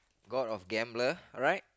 god of gambler alright